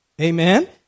Amen